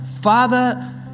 Father